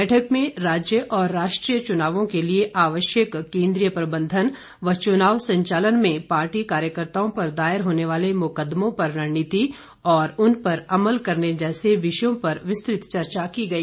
बैठक में राज्य और राष्ट्रीय चुनावों के लिए आवश्यक केंद्रीय प्रबंधन व चुनाव संचालन में पार्टी कार्यकर्ताओं पर दायर होने वाले मुकदमों पर रणनीति और उन पर अमल करने जैसे विषयों पर विस्तृत चर्चा की गई